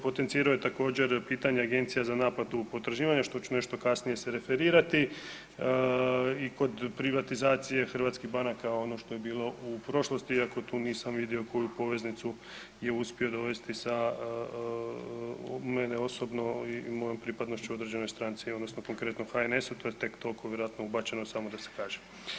Potenciro je također pitanja Agencija za naplatu potraživanja, što ću nešto kasnije se referirati i kod privatizacije hrvatskih banaka ono što je bilo u prošlosti iako tu nisam vidio koju poveznicu je uspio dovesti sa mene osobno i mojoj pripadnošću određenoj stranci odnosno konkretno HNS-u, to je tek tolko vjerojatno ubačeno samo da se kaže.